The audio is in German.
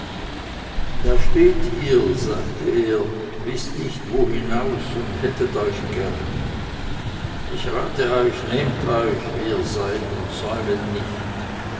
da steht ihr sagte er wißt nicht wo hinaus und hättet euch gern ich rate euch nehmt euch wie ihr seid und säumet nicht